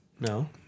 No